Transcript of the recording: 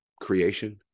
creation